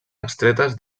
extretes